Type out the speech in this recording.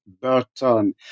Burton